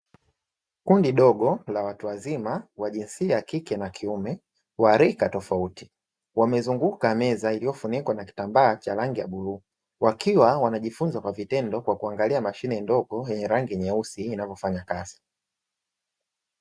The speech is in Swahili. Kundi dogo la watu wazima; wa jinsia ya kike na kiume wa rika tofauti, wamezunguka meza iliyofunikwa na kitambaa cha rangi ya bluu, wakiwa wanajifunza kwa vitendo kwa kuangalia mashine ndogo yenye rangi nyeusi inavyofanya kazi.